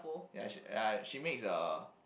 ya she ya she makes a